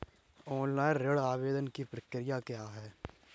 Online ऋण आवेदन की प्रक्रिया क्या है?